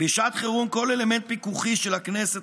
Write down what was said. בשעת חירום כל אלמנט פיקוחי של הכנסת